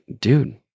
dude